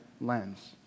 lens